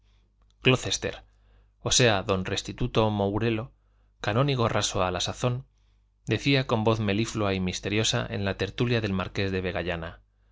mujeres glocester o sea don restituto mourelo canónigo raso a la sazón decía con voz meliflua y misteriosa en la tertulia del marqués de